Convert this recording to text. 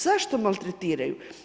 Zašto maltretiraju?